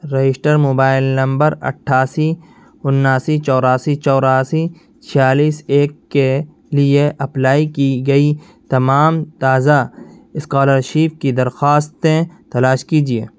register mobile number اٹھاسی اناسی چوراسی چوراسی چھیالیس ایک کے لیے اپلائی کی گئی تمام تازہ اسکالرشپ کی درخواستیں تلاش کیجیے